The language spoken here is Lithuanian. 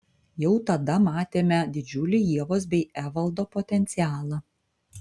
jau tada matėme didžiulį ievos bei evaldo potencialą